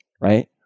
right